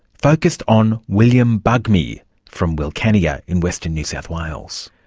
focused on william bugmy from wilcannia in western new south wales.